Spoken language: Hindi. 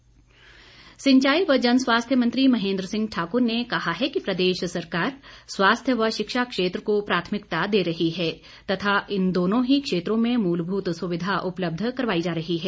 महेंद्र सिंह सिंचाई व जनस्वास्थ्य मंत्री महेंद्र सिंह ठाकुर ने कहा है कि प्रदेश सरकार स्वास्थ्य व शिक्षा क्षेत्र को प्राथमिकता दे रही है तथा इन दोनों ही क्षेत्रों में मूलभूत सुविधा उपलब्ध करवाई जा रही है